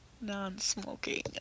non-smoking